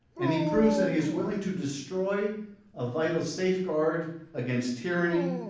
and he proves that he is willing to destroy a veutal safeguard against tyranny,